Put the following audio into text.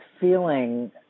feeling